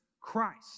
Christ